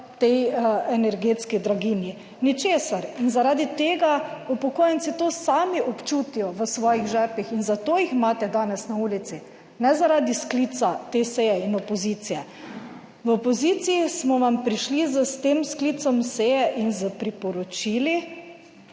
tej energetski draginj, ničesar, in zaradi tega upokojenci to sami občutijo v svojih žepih in zato jih imate danes na ulici, ne zaradi sklica te seje in opozicije. V opoziciji smo vam prišli s tem sklicem seje in s priporočili,